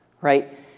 right